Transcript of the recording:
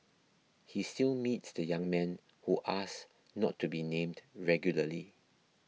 he still meets the young man who asked not to be named regularly